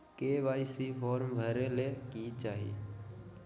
KYC form भरे ले कि चाही?